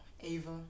Ava